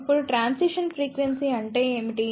ఇప్పుడు transition frequency అంటే ఏమిటి